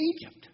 Egypt